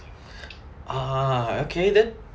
oh okay then